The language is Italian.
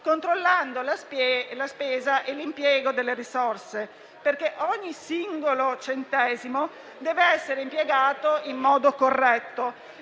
controllando la spesa e l'impiego delle risorse. Ogni singolo centesimo, infatti, deve essere impiegato in modo corretto